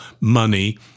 money